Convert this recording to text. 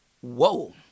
Whoa